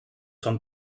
son